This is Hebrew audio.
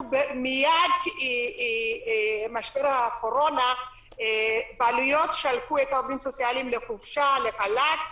מייד עם תחילת משבר הקורונה שלחו את העובדים הסוציאליים לחל"ת.